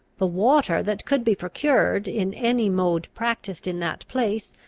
the water that could be procured, in any mode practised in that place,